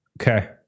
okay